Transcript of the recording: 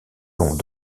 long